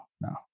no